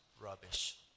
rubbish